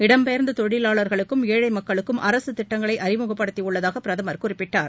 இடம்பெயர்ந்த தொழிலாளர்களுக்கும் ஏழை மக்களுக்கும் அரசு திட்டங்களை அறிமுகப்படுத்தியுள்ளதாக பிரதமர் குறிப்பிட்டார்